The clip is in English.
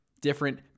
different